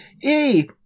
hey